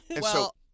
Well-